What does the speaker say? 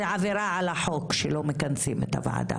זאת עבירה על החוק שלא מכנסים את הוועדה